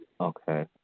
Okay